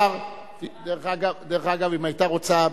דרך אגב, אם היתה רוצה,